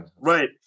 Right